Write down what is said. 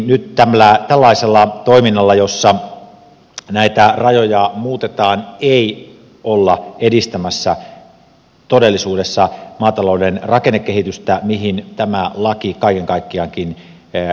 nyt tällaisella toiminnalla jossa näitä rajoja muutetaan ei olla edistämässä todellisuudessa maatalouden rakennekehitystä johon tämä laki kaiken kaikkiaankin tähtää